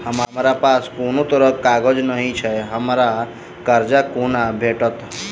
हमरा पास कोनो तरहक कागज नहि छैक हमरा कर्जा कोना भेटत?